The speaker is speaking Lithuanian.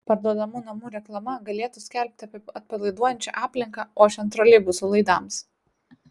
parduodamų namų reklama galėtų skelbti apie atpalaiduojančią aplinką ošiant troleibusų laidams